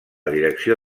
direcció